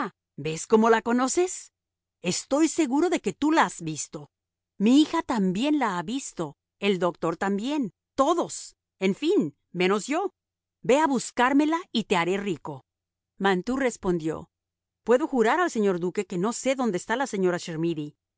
ves cómo la conoces estoy seguro de que tú la has visto mi hija también la ha visto el doctor también todos en fin menos yo ve a buscármela y te haré rico mantoux respondió puedo jurar al señor duque que no sé dónde está la señora